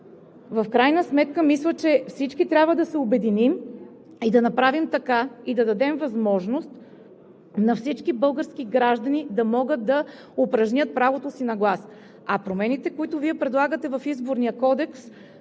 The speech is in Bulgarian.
В крайна сметка мисля, че всички трябва да се обединим, да направим така, че да дадем възможност на всички български граждани да могат да упражнят правото си на глас. Промените, които Вие предлагате в Изборния кодекс,